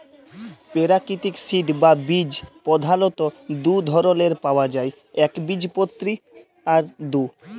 পেরাকিতিক সিড বা বীজ পধালত দু ধরলের পাউয়া যায় একবীজপত্রী আর দু